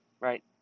right